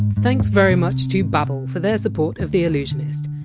thanks very much to babbel for their support of the allusionist.